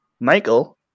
Michael